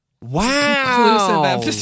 Wow